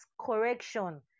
correction